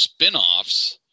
spinoffs